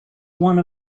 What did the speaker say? one